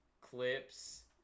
clips